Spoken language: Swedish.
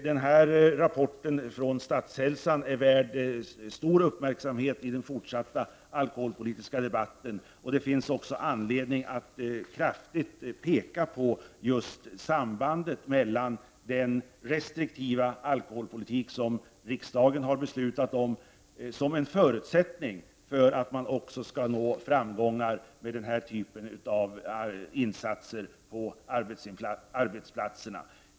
Den här rapporten om Statshälsan är värd stor uppmärksamhet i den fortsatta alkoholpolitiska debatten. Det finns också anledning att kraftigt betona att den restriktiva alkoholpolitik som riksdagen beslutat om är en förutsättning för att man skall nå framgångar med den här typen av insatser på arbetsplatserna.